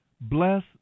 Bless